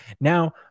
Now